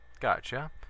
Gotcha